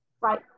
Right